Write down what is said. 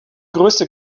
größte